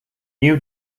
new